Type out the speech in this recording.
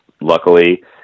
luckily